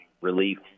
relief